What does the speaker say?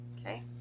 Okay